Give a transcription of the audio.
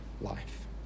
Life